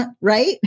right